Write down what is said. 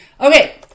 Okay